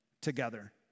together